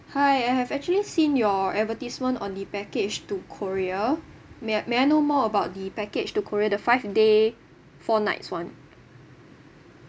hi I have actually seen your advertisement on the package to korea may may I know more about the package to korea the five day four nights [one]